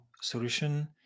solution